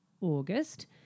August